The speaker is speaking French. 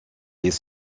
les